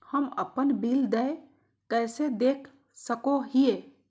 हम अपन बिल देय कैसे देख सको हियै?